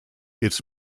its